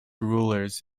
rulers